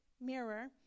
mirror